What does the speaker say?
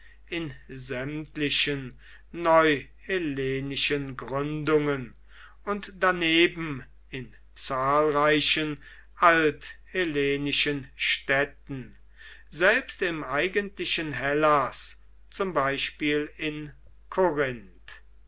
in sämtlichen neuhellenischen gründungen und daneben in zahlreichen althellenischen städten selbst im eigentlichen hellas zum beispiel in korinth